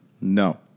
No